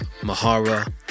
Mahara